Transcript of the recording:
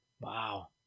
Wow